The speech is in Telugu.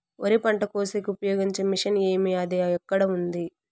వరి పంట కోసేకి ఉపయోగించే మిషన్ ఏమి అది ఎక్కడ ఉంది?